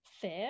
fair